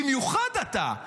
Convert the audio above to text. במיוחד אתה.